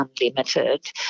unlimited